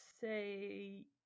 say